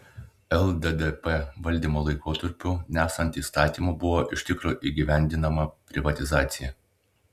lddp valdymo laikotarpiu nesant įstatymų buvo iš tikro įgyvendinama privatizacija